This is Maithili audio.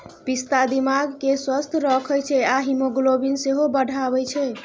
पिस्ता दिमाग केँ स्वस्थ रखै छै आ हीमोग्लोबिन सेहो बढ़ाबै छै